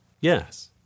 yes